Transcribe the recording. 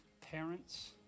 parents